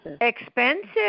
Expensive